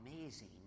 amazing